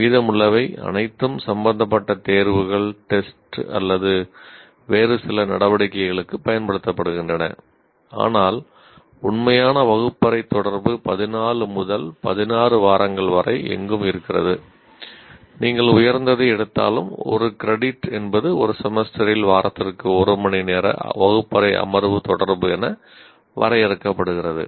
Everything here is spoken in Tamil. மீதமுள்ளவை அனைத்தும் சம்பந்தப்பட்ட தேர்வுகள் டெஸ்ட் என்பது ஒரு செமஸ்டரில் வாரத்திற்கு 1 மணிநேர வகுப்பறை அமர்வு தொடர்பு என வரையறுக்கப்படுகிறது